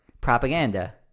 Propaganda